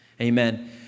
Amen